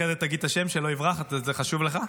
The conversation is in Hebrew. אחרת תגיד את השם, שלא יברח, זה חשוב לך.